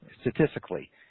statistically